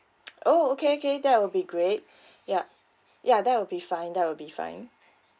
oh okay okay that would be great ya ya that will be fine that will be fine